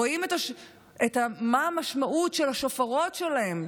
רואים מה המשמעות של השופרות שלהם,